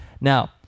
now